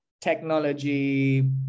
technology